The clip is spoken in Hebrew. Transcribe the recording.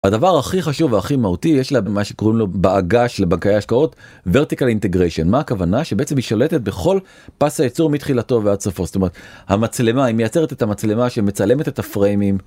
הדבר הכי חשוב והכי מהותי יש למה שקוראים לו בעגה של בנקי ההשקעות vertical integration מה הכוונה שבעצם היא שולטת בכל פס הייצור מתחילתו ועד סופו. זאת אומרת, המצלמה היא מייצרת את המצלמה שמצלמת את הפריימים...